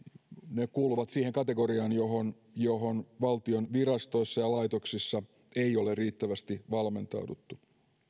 ne kuuluvat siihen kategoriaan johon johon valtion virastoissa ja laitoksissa ei ole riittävästi valmentauduttu